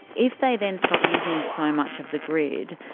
if they then stop using so much of the grid,